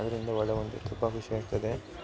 ಅದರಿಂದ ಒಳ್ಳೆಯ ಒಂದು ತುಂಬ ಖುಷಿ ಆಗ್ತದೆ